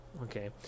okay